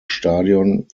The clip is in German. stadion